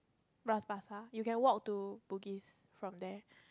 Bras-Basah you can walk to Bugis from there